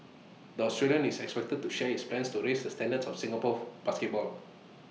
the Australian is expected to share his plans to raise the standards of Singapore basketball